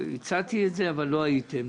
הצעתי את זה אבל לא הייתם,